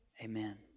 Amen